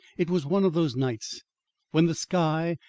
it was one of those nights when the sky,